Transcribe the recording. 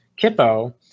KIPPO